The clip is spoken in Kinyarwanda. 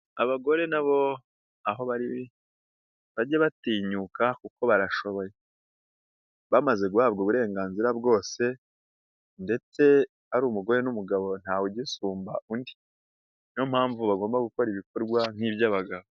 Abagore nabo aho bari bajye batinyuka kuko barashoboye, bamaze guhabwa uburenganzira bwose ndetse ari umugore n'umugabo ntawe ugisumba undi, niyo mpamvu bagomba gukora ibikorwa nk'iby'abagabo.